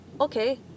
okay